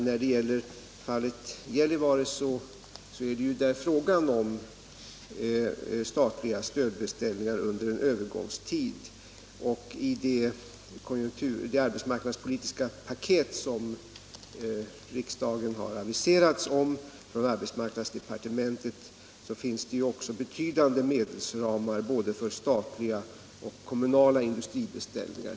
När det gäller fallet Gällivare är det fråga om statliga stödbeställningar under en övergångstid. I det arbetsmarknadspolitiska paket som har aviserats från arbetsmarknadsdepartementet finns det också betydande medelsramar både för statliga och kommunala industribeställningar.